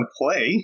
play